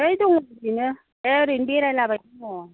होइ दं ओरैनो एह ओरैनो बेरायलाबाय दङ